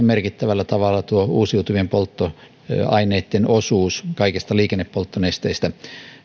merkittävällä tavalla uusiutuvien polttoaineitten osuus kaikista liikennepolttonesteistä